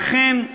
ואכן,